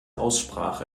aussprache